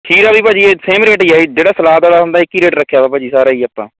ਖੀਰਾ ਵੀ ਭਾਅ ਜੀ ਇਹ ਸੇਮ ਰੇਟ ਹੀ ਹੈ ਜਿਹੜਾ ਸਲਾਦ ਵਾਲਾ ਹੁੰਦਾ ਇੱਕ ਹੀ ਰੇਟ ਰੱਖਿਆ ਵਾ ਭਾਅ ਜੀ ਸਾਰਾ ਹੀ ਆਪਾਂ